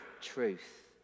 truth